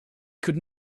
could